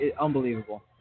unbelievable